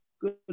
good